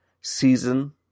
season